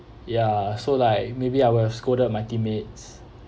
ya so like maybe I will scolded my teammates